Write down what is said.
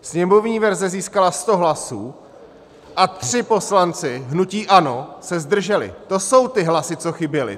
Sněmovní verze získala 100 hlasů a tři poslanci hnutí ANO se zdrželi, to jsou ty hlasy, co chyběly.